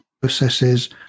processes